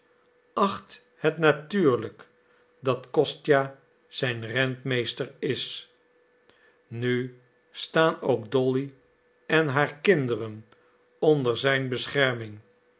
acht het natuurlijk dat kostja zijn rentmeester is nu staan ook dolly en haar kinderen onder zijn bescherming